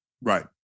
Right